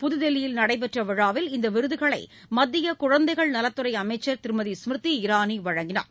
புதுதில்லியில் நடைபெற்ற விழாவில் இந்த விருதுகளை மத்திய குழந்தைகள் நலத்துறை அமைச்சர் திருமதி ஸ்மிரிதி இராணி வழங்கினார்